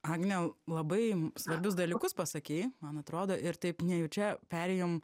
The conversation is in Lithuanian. agne labai svarbius dalykus pasakei man atrodo ir taip nejučia perėjom